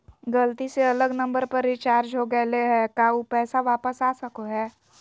गलती से अलग नंबर पर रिचार्ज हो गेलै है का ऊ पैसा वापस आ सको है?